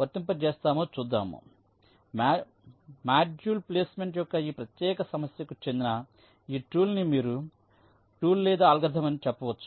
వర్తింపజేస్తామో చూద్దాము module placement యొక్క ఈ ప్రత్యేక సమస్యకు చెందిన ఈ టూల్ ని మీరు టూల్ లేదా అల్గోరిథం అని చెప్పవచ్చు